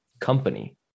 company